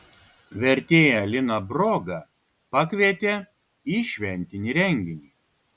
vertėją liną brogą pakvietė į šventinį renginį